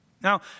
Now